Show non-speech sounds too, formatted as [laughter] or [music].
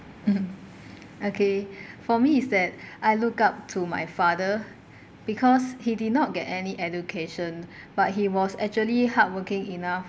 [noise] okay for me is that I look up to my father because he did not get any education but he was actually hardworking enough